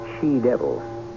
she-devil